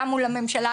גם מול הממשלה,